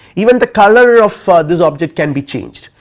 even the color of this object can be changed,